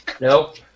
Nope